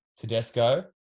Tedesco